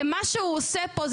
ומה שהוא עושה פה,